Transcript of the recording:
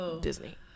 Disney